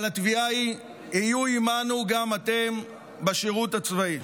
אבל התביעה היא: היו עימנו גם אתם בשירות הצבאי.